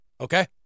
Okay